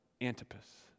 Antipas